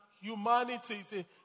humanity